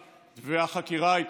4 5 מיליארד שקלים.